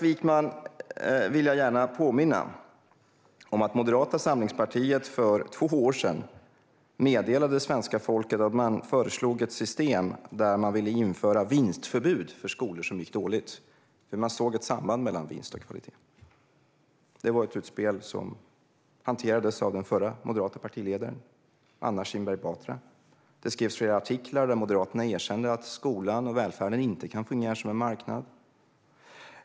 Jag vill gärna påminna Niklas Wykman om att Moderata samlingspartiet för två år sedan meddelade svenska folket att man föreslog ett system där man ville införa vinstförbud för skolor som gick dåligt eftersom man såg ett samband mellan vinst och kvalitet. Det var ett utspel som hanterades av den förra moderata partiledaren Anna Kinberg Batra. Det skrevs flera artiklar där Moderaterna erkände att skolan och välfärden inte kan fungera som en marknad.